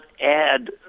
add